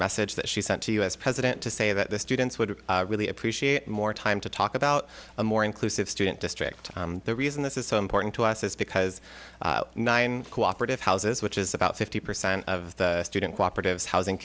message that she sent to us president to say that the students would really appreciate more time to talk about a more inclusive student district the reason this is so important to us is because nine cooperative houses which is about fifty percent of the student cooperatives housing